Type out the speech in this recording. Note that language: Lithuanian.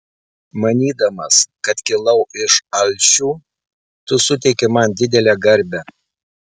manydamas kad kilau iš alšių tu suteiki man didelę garbę